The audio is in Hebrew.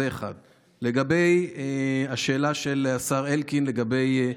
זה, 1. לגבי השאלה של השר אלקין לגבי,